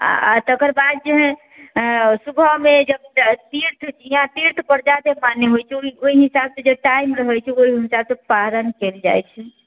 आओर तकर बाद जे हइ सुबहमे जब तीर्थ यहाँपर ज्यादे मान्य होइ छै जाहि हिसाबसँ टाइम रहै छै ओहि हिसाबसँ पारन कएल जाइ छै